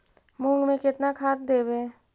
मुंग में केतना खाद देवे?